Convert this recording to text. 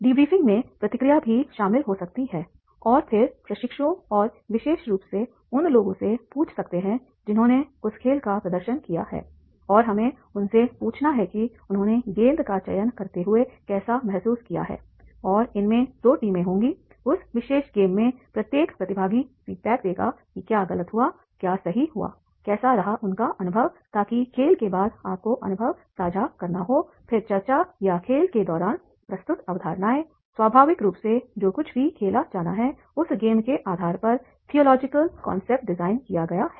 debriefing में प्रतिक्रिया भी शामिल हो सकती है और फिर हम प्रशिक्षुओं और विशेष रूप से उन लोगों से पूछ सकते हैं जिन्होंने उस खेल का प्रदर्शन किया है और हमें उनसे पूछना है कि उन्होंने गेंद का चयन करते हुए कैसा महसूस किया है और इसमें 2 टीमें होंगी उस विशेष गेम में प्रत्येक प्रतिभागी फीडबैक देगा कि क्या गलत हुआ क्या सही हुआ कैसा रहा उसका अनुभव ताकि खेल के बाद आपको अनुभव साझा करना हो फिर चर्चा या खेल के दौरान प्रस्तुत अवधारणाएं स्वाभाविक रूप से जो कुछ भी खेला जाना है उस गेम के आधार पर थियोलॉजिकल कॉन्सेप्ट डिजाइन किया गया है